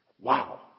Wow